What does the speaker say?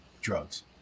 drugs